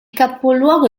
capoluogo